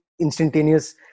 instantaneous